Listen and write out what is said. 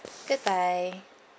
goodbye